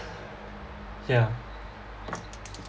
yeah